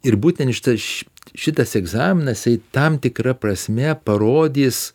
ir būtent šitas ši šitas egzaminas tam tikra prasme parodys